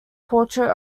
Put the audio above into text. portrait